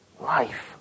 life